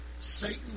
Satan